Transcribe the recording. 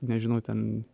nežinau ten